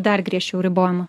dar griežčiau ribojama